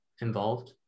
involved